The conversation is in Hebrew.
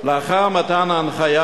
לאחר מתן ההנחיה,